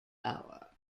hour